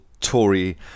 Tory